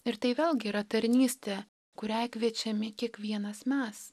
ir tai vėlgi yra tarnystė kuriai kviečiami kiekvienas mes